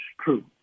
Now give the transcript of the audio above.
true